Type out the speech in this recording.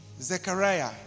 Zechariah